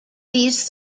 these